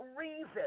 reason